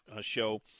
show